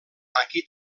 aquí